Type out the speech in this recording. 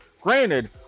Granted